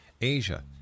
Asia